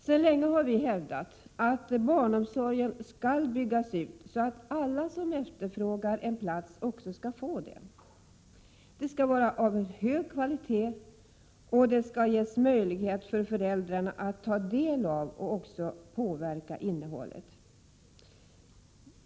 Sedan länge har vi hävdat att barnomsorgen skall byggas ut, så att alla som efterfrågar en plats också skall få en. Det skall vara en hög kvalitet på all omsorg samtidigt som det skall ges möjlighet för föräldrarna att ta del av och också påverka innehållet.